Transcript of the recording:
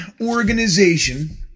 organization